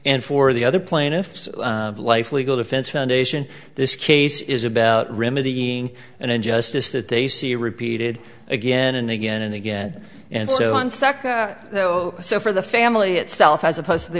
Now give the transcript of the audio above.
and for the other plaintiffs life legal defense foundation this case is about remedying an injustice that they see repeated again and again and again and so on seka so for the family itself as opposed to the